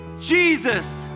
Jesus